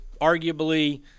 arguably